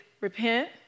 repent